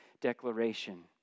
declaration